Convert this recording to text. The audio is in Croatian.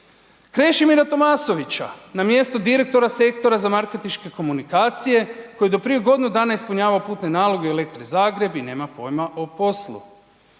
Krešimira Tomasovića na mjesto direktora sektora za marketinške komunikacije koji je do prije godinu dana ispunjavao putne naloge u Elektri Zagreb i nema pojma o poslu.